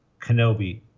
Kenobi